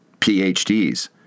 PhDs